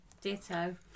Ditto